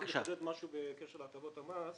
רציתי לומר משהו בקשר להטבות המס.